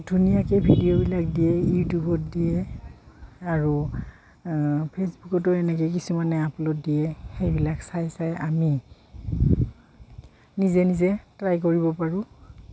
ধুনীয়াকে ভিডিঅ'বিলাক দিয়ে ইউটিউবত দিয়ে আৰু ফেচবুকতো এনেকে কিছুমানে আপলোড দিয়ে সেইবিলাক চাই চাই আমি নিজে নিজে ট্ৰাই কৰিব পাৰোঁ